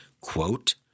Quote